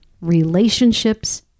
relationships